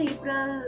April